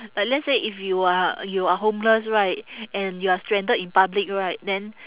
but let's say if you are you are homeless right and you are stranded in public right then